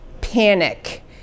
panic